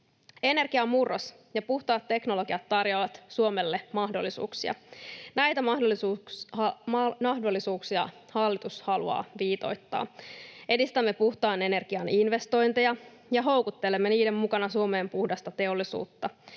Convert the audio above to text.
Energiamurros ja puhtaat teknologiat tarjoavat Suomelle mahdollisuuksia. Näitä mahdollisuuksia hallitus haluaa viitoittaa. Edistämme puhtaan energian investointeja ja houkuttelemme niiden mukana Suomeen puhdasta teollisuutta.